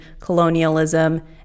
colonialism